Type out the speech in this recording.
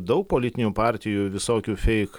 daug politinių partijų visokių feik